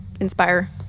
inspire